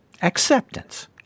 Acceptance